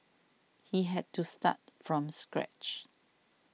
he had to start from scratch